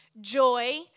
joy